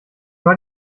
war